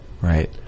Right